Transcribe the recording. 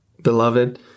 Beloved